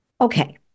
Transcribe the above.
Okay